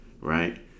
right